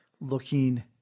looking